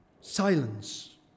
silence